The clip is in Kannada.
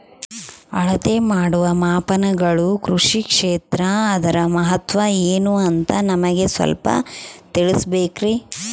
ಅಳತೆ ಮಾಡುವ ಮಾಪನಗಳು ಕೃಷಿ ಕ್ಷೇತ್ರ ಅದರ ಮಹತ್ವ ಏನು ಅಂತ ನಮಗೆ ಸ್ವಲ್ಪ ತಿಳಿಸಬೇಕ್ರಿ?